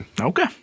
Okay